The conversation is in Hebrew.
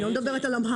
אני לא מדברת על אמהרית.